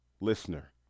listener